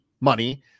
money